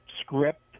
script